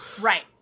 Right